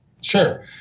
Sure